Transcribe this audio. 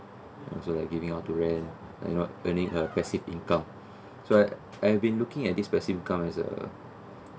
also like giving out to rent like earning a passive income so I I've been looking at this passive income as a